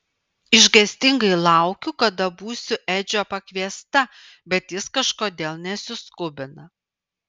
išgąstingai laukiu kada būsiu edžio pakviesta bet jis kažkodėl nesiskubina